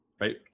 Right